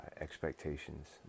expectations